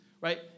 Right